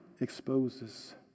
exposes